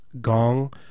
gong